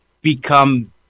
become